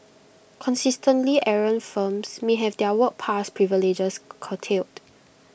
consistently errant firms may have their work pass privileges curtailed